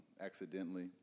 accidentally